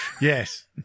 Yes